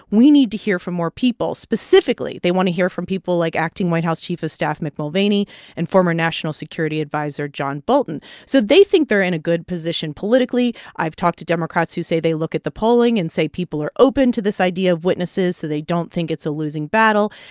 we need to hear from more people. specifically, they want to hear from people like acting white house chief of staff mick mulvaney and former national security adviser john bolton so they think they're in a good position politically. i've talked to democrats who say they look at the polling and say people are open to this idea of witnesses, so they don't think it's a losing battle.